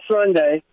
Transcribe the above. Sunday